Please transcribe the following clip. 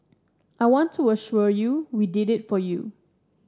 I want to assure you we did it for you